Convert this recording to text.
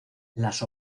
las